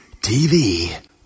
TV